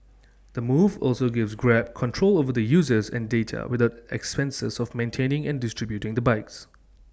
the move also gives grab control over the users and data with the expenses of maintaining and distributing the bikes